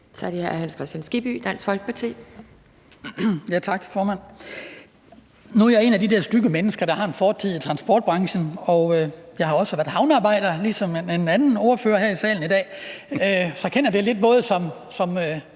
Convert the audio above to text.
Kl. 11:51 Hans Kristian Skibby (DF): Tak, formand. Nu er jeg et af de der stygge mennesker, der har en fortid i transportbranchen, og jeg har også været havnearbejder ligesom en anden ordfører her i salen i dag. Så jeg kender det lidt – både som